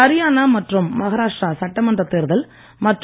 ஹரியானா மற்றும் மஹாராஷ்டிரா சட்டமன்றத் தேர்தல் மற்றும்